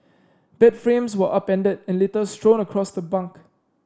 bed frames were upended and litter strewn across the bunk